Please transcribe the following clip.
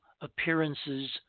appearances